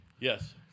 Yes